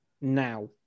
Now